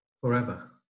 forever